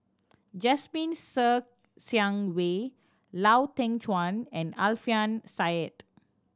Jasmine Ser Xiang Wei Lau Teng Chuan and Alfian Sa'at